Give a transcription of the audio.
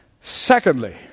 Secondly